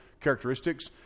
characteristics